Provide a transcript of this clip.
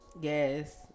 yes